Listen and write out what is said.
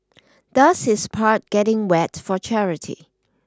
does his part getting wet for charity